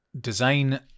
design